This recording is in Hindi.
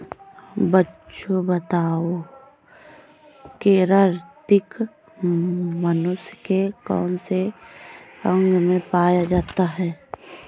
बच्चों बताओ केरातिन मनुष्य के कौन से अंग में पाया जाता है?